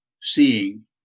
seeing